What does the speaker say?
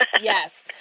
Yes